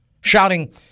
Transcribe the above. shouting